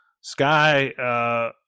sky